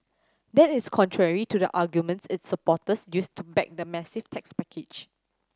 that is contrary to the arguments its supporters used to back the massive tax package